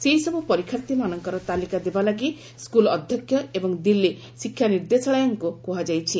ସେହିସବୁ ପରୀକ୍ଷାର୍ଥୀମାନଙ୍କର ତାଲିକା ଦେବା ଲାଗି ସ୍କୁଲ୍ ଅଧ୍ୟକ୍ଷ ଏବଂ ଦିଲ୍ଲୀ ଶିକ୍ଷା ନିର୍ଦ୍ଦେଶାଳୟଙ୍କୁ କୁହାଯାଇଛି